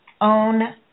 own